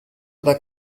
dal